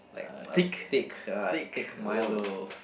like uh thick uh thick Milo